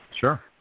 Sure